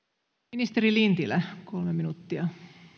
ministeri lintilä kolme minuuttia